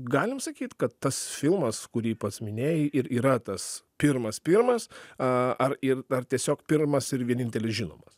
galim sakyt kad tas filmas kurį pats minėjai ir yra tas pirmas pirmas a ar ir ar tiesiog pirmas ir vienintelis žinomas